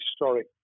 historic